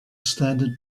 standard